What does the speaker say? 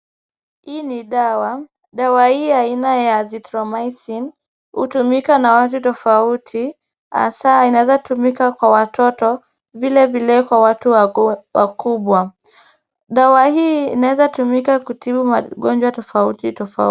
Hii ni dawa, dawa hii aina ya azithromycin, hutumika na watu tofauti hasa inawezatumika kwa watoto vile vile kwa watu wakubwa. Dawa hii inawezatumika kutibu magonjwa tofauti tofauti.